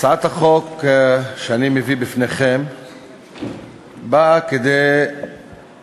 הצעת החוק שאני מביא בפניכם באה גם כדי לתקן